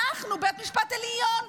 אנחנו בית משפט עליון,